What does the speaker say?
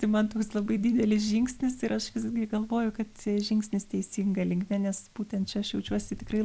imant labai didelis žingsnis ir aš visgi galvoju kad žingsnis teisinga linkme nes būtent čia aš jaučiuosi tikrai